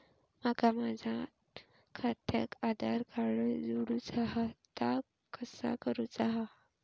माका माझा खात्याक आधार कार्ड जोडूचा हा ता कसा करुचा हा?